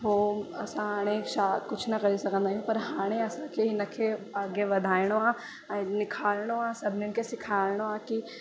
हो असां हाणे छा कुझु न करे सघंदा आहियूं पर हाणे असांखे हिनखे अॻियां वधाइणो आहे ऐं निखारिणो आहे सभिनिनि खे सेखारिणो आहे कि